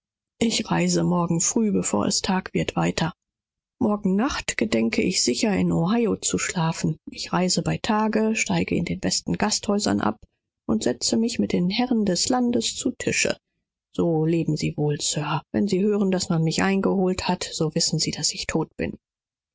ich reise morgen früh vor tagesanbruch wieder ab und gedenke morgen abend in ohio in sicherheit zu schlafen ich werde bei tage reisen in den besten gasthöfen logiren und mit den herren des landes an einer tafel speisen also leben sie wohl lieber herr und wenn sie hören sollten daß ich gefangen worden bin so können sie als gewiß annehmen daß ich todt bin